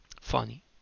funny